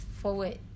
forward